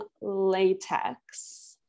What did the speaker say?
latex